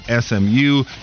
SMU